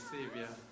Savior